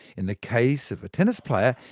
in the case of a tennis player,